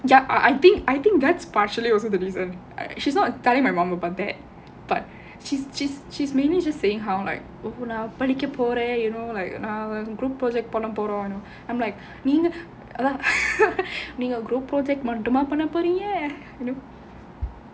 ya I think I think that's partially also the reason she's not telling my mom about that but she's she's mainly just saying how like இப்போ நான் படிக்க போறேன்:ippo naan padikka poraen you know like நான்:naan group project பண்ண போறோம்:panna porom I'm like நீங்க:neenga group project மட்டுமா பண்ண போறீங்க:mattumaa panna poreenga you know